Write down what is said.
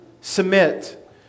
submit